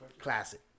Classic